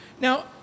Now